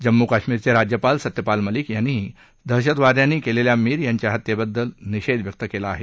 जम्मू कश्मिरचे राज्यपाल सत्यपाल मलिक यांनीही दहशतवाद्यांनी केलेल्या मीर यांच्या हत्येबद्दल निषेध व्यक्त केला आहे